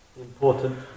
important